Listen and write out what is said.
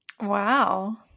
Wow